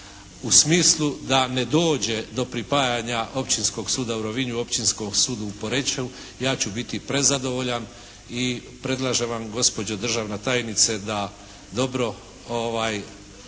u smislu da ne dođe do pripajanja Općinskog suda u Rovinju i Općinskog suda u Poreču ja ću biti prezadovoljan i predlažem vam gospodo državna tajnice da dobro